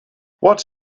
what’s